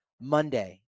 Monday